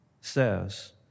says